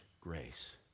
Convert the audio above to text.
grace